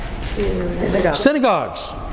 Synagogues